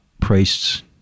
priests